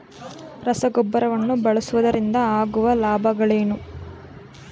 ರಸಗೊಬ್ಬರವನ್ನು ಬಳಸುವುದರಿಂದ ಆಗುವ ಲಾಭಗಳೇನು?